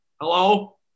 Hello